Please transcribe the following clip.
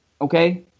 Okay